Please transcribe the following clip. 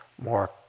more